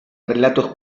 relatos